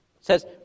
says